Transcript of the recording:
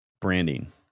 branding